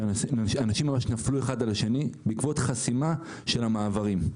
שאנשים ממש נפלו אחד על השני בעקבות חסימה של המעברים,